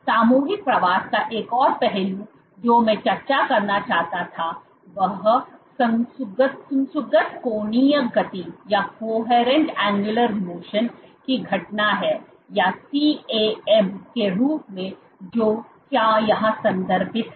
सामूहिक प्रवास का एक और पहलू जो मैं चर्चा करना चाहता था वह सुसंगत कोणीय गति की घटना है या CAM के रूप में जो क्या यहां संदर्भित है